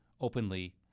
openly